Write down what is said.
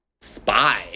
spy